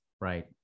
right